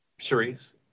Cherise